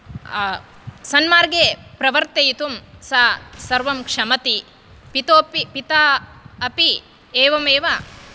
सन्मार्गे प्रवर्तयितुं सा सर्वं क्षमति पितोपि पिता अपि एवमेव